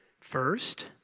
first